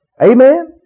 Amen